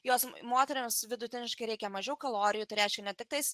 jos moterims vidutiniškai reikia mažiau kalorijų tai reiškia ne tik tais